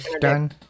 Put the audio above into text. done